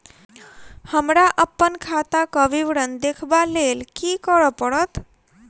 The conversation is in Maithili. हमरा अप्पन खाताक विवरण देखबा लेल की करऽ पड़त?